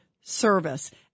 service